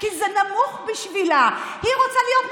עם אחוות נשים,